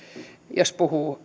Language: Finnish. jos puhuu